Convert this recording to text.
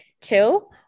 chill